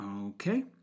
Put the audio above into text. okay